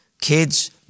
Kids